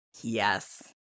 Yes